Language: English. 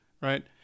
Right